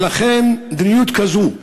ולכן מדיניות כזאת,